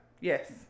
Yes